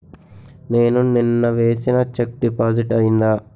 నేను నిన్న వేసిన చెక్ డిపాజిట్ అయిందా?